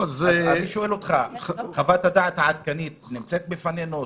אני שואל אותך, חוות הדעת העדכנית נמצאת בפנינו?